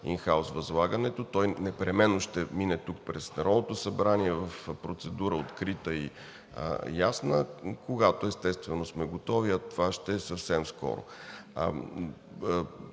ин хаус възлагането. Той непременно ще мине тук през Народното събрание в открита процедура и ясна, когато, естествено, сме готови, а това ще е съвсем скоро.